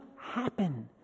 happen